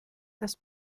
das